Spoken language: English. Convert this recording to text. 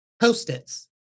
Post-its